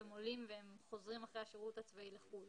הם עולים והם חוזרים אחרי השירות הצבאי לחו"ל